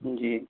جی